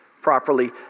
properly